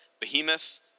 Behemoth